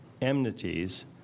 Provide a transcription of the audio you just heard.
enmities